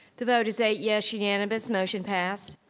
the vote is eight yes unanimous, motion passed.